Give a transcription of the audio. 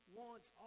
wants